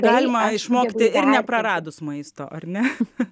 galima išmokti ir nepraradus maisto ar ne